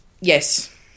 Yes